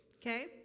Okay